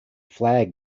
flag